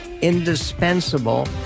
Indispensable